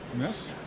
Yes